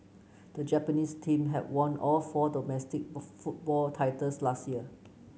the Japanese team had won all four domestic football titles last year